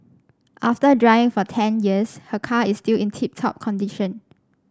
after driving for ten years her car is still in tip top condition